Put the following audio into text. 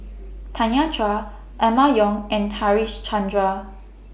Tanya Chua Emma Yong and Harichandra